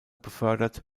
befördert